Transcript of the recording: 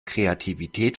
kreativität